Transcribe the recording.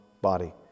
body